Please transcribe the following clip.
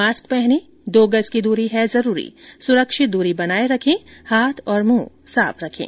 mask पहनें दो गज की दूरी है जरूरी सुरक्षित दूरी बनाए रखें हाथ और मुंह साफ रखें